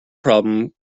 problem